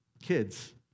Kids